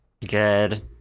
Good